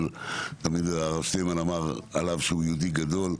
אבל תמיד הרב שטיינמן אמר עליו שהוא יהודי גדול.